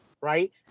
right